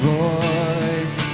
voice